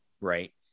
right